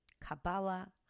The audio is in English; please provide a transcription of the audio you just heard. Kabbalah